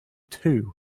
two